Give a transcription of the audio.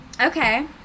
Okay